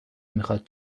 میخواد